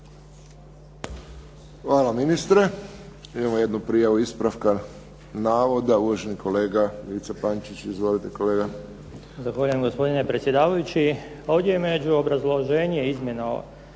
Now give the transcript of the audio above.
Hvala ministre. Imamo jednu prijavu ispravka navoda, uvaženi kolega Ivica Pančić. Izvolite kolega. **Pančić, Ivica (SDP)** Zahvaljujem gospodine predsjedavajući. Ovdje je među obrazloženjem izmjena